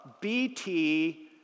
BT